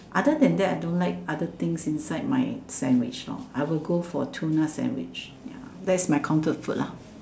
other than that I don't like other things inside my sandwich lor I'll go for tuna sandwich ya that's my comfort food lah